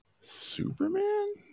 Superman